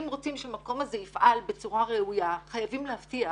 אם רוצים שהמקום הזה יפעל בצורה ראויה חייבים להבטיח